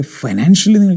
financially